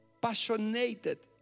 passionate